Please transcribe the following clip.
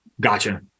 Gotcha